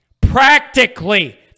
Practically